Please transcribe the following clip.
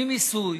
ממיסוי,